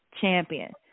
champion